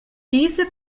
diese